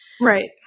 Right